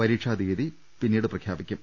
പരീക്ഷാ തീയതി പിന്നീട് പ്രഖ്യാപിക്കും